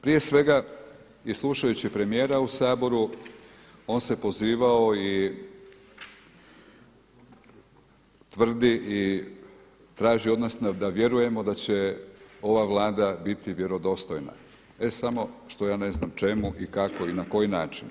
Prije svega i slušajući premijera u Saboru on se pozivao i tvrdi i traži od nas da vjerujemo da će ova Vlada biti vjerodostojna e samo što ja ne znam čemu i kako i na koji način.